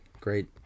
great